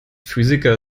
physiker